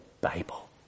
Bible